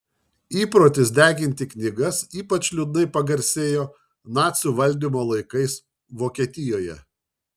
įprotis deginti knygas ypač liūdnai pagarsėjo nacių valdymo laikais vokietijoje